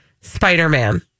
spider-man